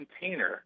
container